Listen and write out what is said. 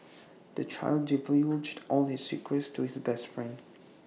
the child divulged all his secrets to his best friend